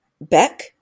Beck